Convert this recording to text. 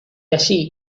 allí